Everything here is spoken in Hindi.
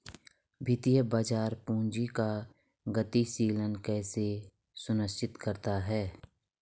वित्तीय बाजार पूंजी का गतिशीलन कैसे सुनिश्चित करता है?